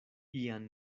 ian